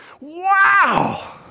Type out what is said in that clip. Wow